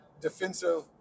defensive